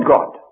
God